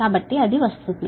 కాబట్టి అది వస్తుంది